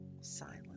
silence